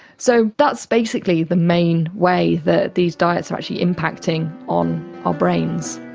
so that's basically the main way that these diets are actually impacting on our brains.